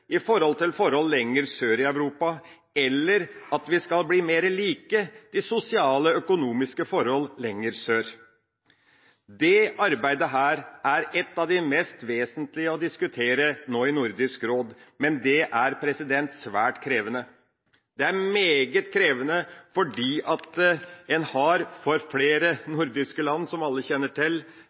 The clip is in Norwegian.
forhold lenger sør i Europa, eller at vi skal bli mer like når det gjelder de sosiale, økonomiske forhold lenger sør. Dette arbeidet er et av de mest vesentlige å diskutere nå i Nordisk råd, men det er svært krevende. Det er meget krevende, fordi flere nordiske land, som alle kjenner til,